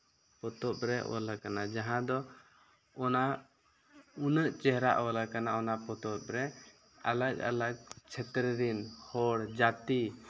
ᱯᱚᱛᱚᱵ ᱨᱮ ᱚᱞ ᱠᱟᱱᱟ ᱡᱟᱦᱟᱸ ᱫᱚ ᱚᱱᱟ ᱩᱱᱟᱹᱜ ᱪᱮᱦᱨᱟ ᱚᱞ ᱠᱟᱱᱟ ᱚᱱᱟ ᱯᱚᱛᱚᱵ ᱨᱮ ᱟᱞᱟᱜᱽ ᱟᱞᱟᱜᱽ ᱪᱷᱮᱛᱨᱚ ᱨᱮᱱ ᱦᱚᱲ ᱡᱟᱹᱛᱤ